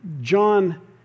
John